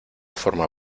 forma